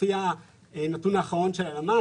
לפי הנתון האחרון של הלשכה המרכזית לסטטיסטיקה,